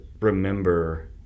remember